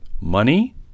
money